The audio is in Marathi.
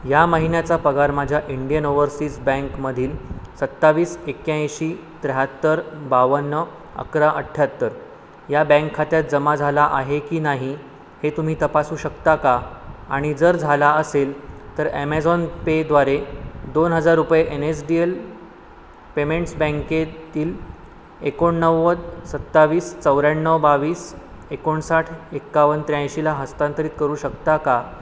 या महिन्याचा पगार माझ्या इंडियन ओव्हरसीज बँकमधील सत्तावीस एक्याऐंशी त्र्याहत्तर बावन्न अकरा अठ्ठ्याहत्तर या बँक खात्यात जमा झाला आहे की नाही हे तुम्ही तपासू शकता का आणि जर झाला असेल तर ॲमेझॉन पेद्वारे दोन हजार रुपये N S D L payments बँकेतील एकोणनव्वद सत्तावीस चौऱ्याण्णव बावीस एकोणसाठ एक्कावन्न त्र्याऐंशीला हस्तांतरित करू शकता का